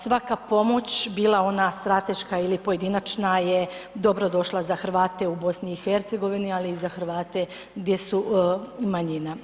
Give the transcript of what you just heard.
Svaka pomoć bila ona strateška ili pojedinačna je dobrodošla za Hrvate u BiH, ali i za Hrvate gdje su manjina.